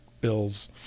bills